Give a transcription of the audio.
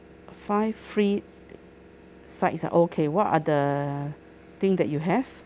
five free sides ah okay what are the thing that you have